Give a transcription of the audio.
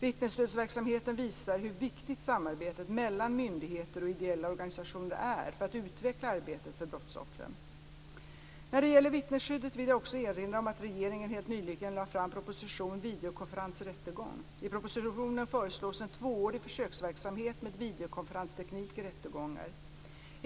Vittnesstödsverksamheten visar hur viktigt samarbetet mellan myndigheter och ideella organisationer är för att utveckla arbetet för brottsoffren. När det gäller vittnesskyddet vill jag också erinra om att regeringen helt nyligen lade fram propositionen Videokonferens i rättegång. I propositionen föreslås en tvåårig försöksverksamhet med videokonferensteknik i rättegångar.